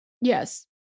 Yes